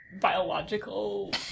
biological